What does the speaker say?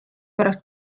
pärast